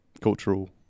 cultural